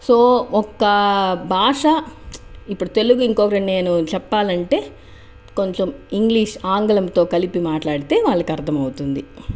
so ఒక భాష ప్చ్ ఇప్పుడు తెలుగు నేను ఇంకొరికి నేను చెప్పాలి అంటే కొంచెం ఇంగ్లీష్ ఆంగ్లంతో కలిపి మాట్లాడితే వాళ్ళకి అర్థం అవుతుంది